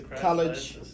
college